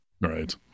right